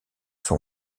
son